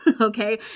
okay